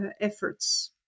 efforts